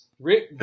Rick